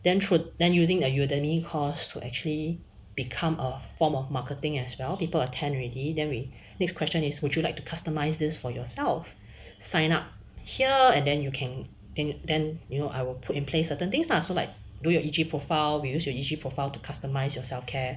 then through~ then using a Udemy course to actually become a form of marketing as well people attend already then we next question is would you like to customise this for yourself sign up here and then you can then then you know I will put in place of the things not so like do your E_G profile we use your E_G profile to customise your self care